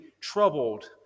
troubled